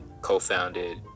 co-founded